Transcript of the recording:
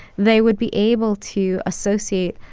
they would be able to associate,